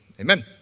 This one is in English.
Amen